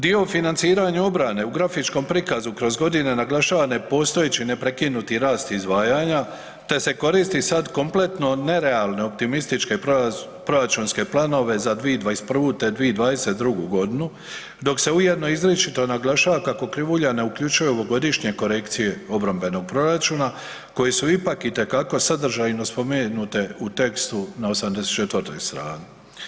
Dio o financiranju obrane u grafičkom prikazu kroz godine naglašava nepostojeći neprekinuti rast izdvajanja te se koristi sad kompletno nerealne, optimističke proračunske planove za 2021. te 2022. godinu dok se ujedno izričito naglašava kako krivulja ne uključuje ovogodišnje korekcije obrambenog proračuna koje su ipak itekako sadržajno spomenute u tekstu na 84. strani.